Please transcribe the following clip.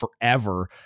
forever